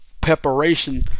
preparation